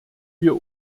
wir